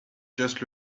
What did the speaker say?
just